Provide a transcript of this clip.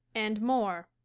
and more.